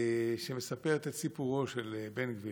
שמספרת את סיפורו של בן גביר,